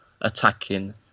attacking